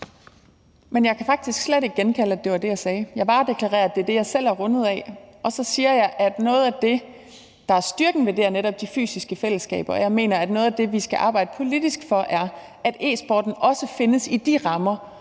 Jeg kan faktisk slet ikke genkalde, at det var det, jeg sagde. Jeg varedeklarerer, at det er det, jeg selv er rundet af, og så siger jeg, at noget af det, der er styrken ved det, netop er de fysiske fællesskaber. Jeg mener, at noget af det, vi skal arbejde politisk for, er, at e-sporten også findes i de rammer,